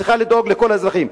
וצריכה לדאוג לכל האזרחים.